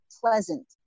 pleasant